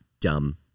dumb